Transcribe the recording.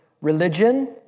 religion